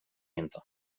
inte